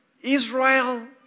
Israel